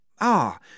Ah